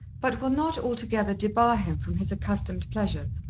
but will not altogether debar him from his accustomed pleasures.